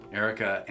erica